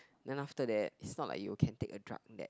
then after that its not like you can take a drug that